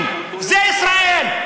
אדוני, תסיים.